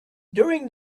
during